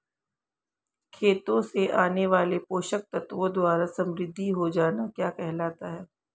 खेतों से आने वाले पोषक तत्वों द्वारा समृद्धि हो जाना क्या कहलाता है?